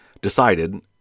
decided